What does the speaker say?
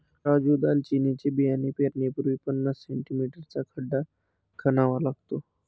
राजू दालचिनीचे बियाणे पेरण्यापूर्वी पन्नास सें.मी चा खड्डा खणावा लागतो